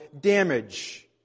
damage